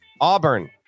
Auburn